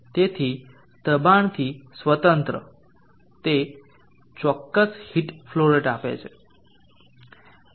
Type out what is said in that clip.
તેથી દબાણથી સ્વતંત્ર તે ચોક્કસ ફલો રેટ આપે છે